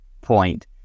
point